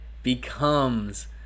becomes